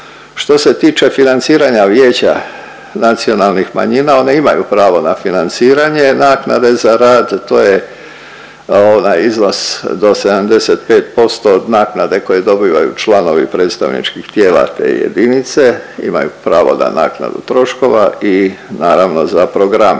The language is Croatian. Što se tiče financiranja Vijeća nacionalnih manjina, one imaju pravo na financiranje naknade za rad, to je onaj iznos do 75% od naknade koju dobivaju članovi predstavničkih tijela te jedinice, imaju pravo na naknadu troškova i naravno za programe.